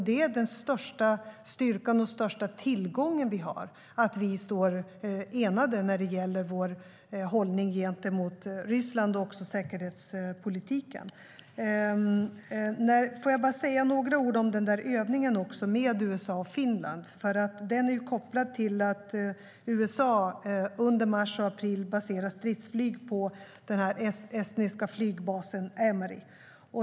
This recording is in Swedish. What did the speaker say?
Det är den största styrkan och den största tillgången vi har att vi står enade när det gäller vår hållning gentemot Ryssland och när det gäller säkerhetspolitiken. Jag vill bara säga några ord om övningen med USA och Finland. Den är kopplad till att USA under mars och april baserar stridsflyg på den estniska flygbasen Ämari.